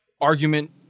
argument